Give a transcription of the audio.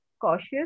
cautious